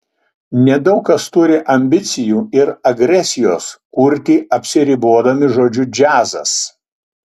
nedaug kas turi ambicijų ir agresijos kurti apsiribodami žodžiu džiazas